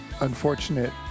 unfortunate